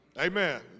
Amen